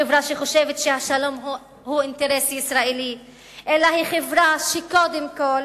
חברה שחושבת שהשלום הוא "אינטרס ישראלי" אלא היא חברה שקודם כול